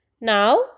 Now